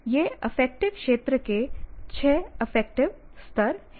ये अफेक्टिव क्षेत्र के छह अफेक्टिव स्तर हैं